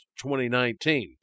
2019